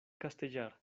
castellar